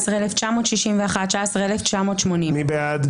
19,961 עד 19,980. מי בעד?